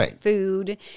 food